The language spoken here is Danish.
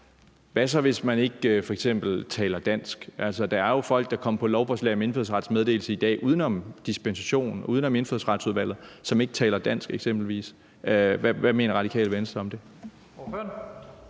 Hvad så, hvis man f.eks. ikke taler dansk? Altså, der er jo folk, der kommer på lov om indfødsrets meddelelse i dag uden om dispensationen, uden om Indfødsretsudvalget, og som eksempelvis ikke taler dansk. Hvad mener Radikale Venstre om det?